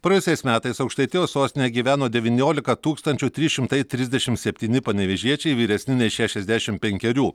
praėjusiais metais aukštaitijos sostinėje gyveno devyniolika tūkstančių trys šimtai trisdešim septyni panevėžiečiai vyresni nei šešiasdešim penkerių